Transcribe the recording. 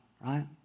right